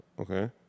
Okay